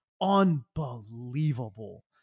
unbelievable